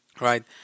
right